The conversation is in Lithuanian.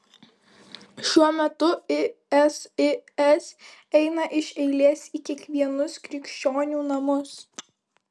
šiuo metu isis eina iš eilės į kiekvienus krikščionių namus